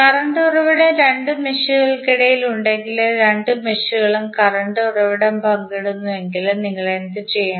current ഉറവിടം രണ്ട് മെഷുകൾക്കിടയിൽ ഉണ്ടെങ്കിൽ രണ്ട് മെഷുകളും കറന്റ് ഉറവിടം പങ്കിടുന്നുവെങ്കിൽ നിങ്ങൾ എന്തുചെയ്യണം